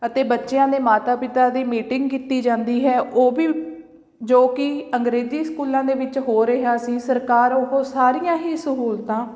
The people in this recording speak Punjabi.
ਅਤੇ ਬੱਚਿਆਂ ਦੇ ਮਾਤਾ ਪਿਤਾ ਦੀ ਮੀਟਿੰਗ ਕੀਤੀ ਜਾਂਦੀ ਹੈ ਉਹ ਵੀ ਜੋ ਕਿ ਅੰਗਰੇਜ਼ੀ ਸਕੂਲਾਂ ਦੇ ਵਿੱਚ ਹੋ ਰਿਹਾ ਸੀ ਸਰਕਾਰ ਉਹ ਸਾਰੀਆਂ ਹੀ ਸਹੂਲਤਾਂ